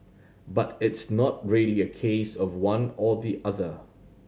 but it's not really a case of one or the other